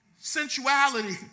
Sensuality